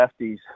lefties